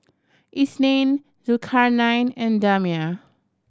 Isnin Zulkarnain and Damia